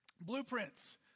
Blueprints